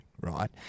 right